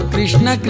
Krishna